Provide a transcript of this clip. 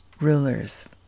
rulers